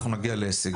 אנחנו נגיע להישגים.